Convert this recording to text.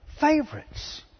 favorites